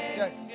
yes